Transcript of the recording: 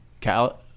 Cal